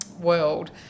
world